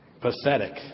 Pathetic